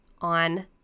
on